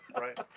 Right